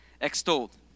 extolled